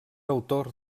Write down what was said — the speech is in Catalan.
autor